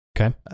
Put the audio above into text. Okay